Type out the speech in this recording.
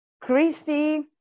Christy